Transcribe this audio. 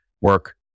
work